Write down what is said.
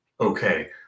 okay